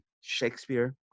Shakespeare